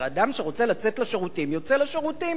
הרי אדם שרוצה לצאת לשירותים יוצא לשירותים.